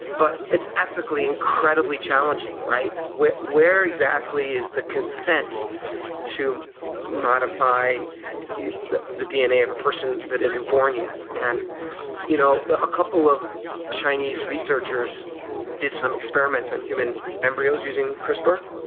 but it's ethically incredibly challenging, right? where where exactly is the consent to modify the the dna of a person that isn't born yet? and you know a couple of chinese researchers did some experiments on human embryos using crispr,